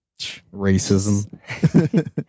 Racism